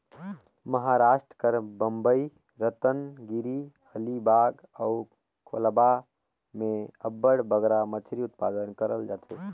महारास्ट कर बंबई, रतनगिरी, अलीबाग अउ कोलाबा में अब्बड़ बगरा मछरी उत्पादन करल जाथे